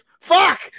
Fuck